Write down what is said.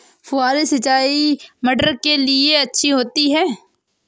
फुहारी सिंचाई मटर के लिए अच्छी होती है?